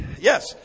Yes